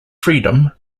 freedom